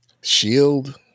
Shield